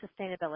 sustainability